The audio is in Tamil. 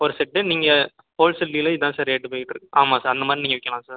ஒரு செட் நீங்கள் ஹோல்சேல் டீல்லே இதான் சார் ரேட் போய்க்கிட்ருக்கு ஆமாம் சார் அந்த மாதிரி நீங்கள் விற்கலாம் சார்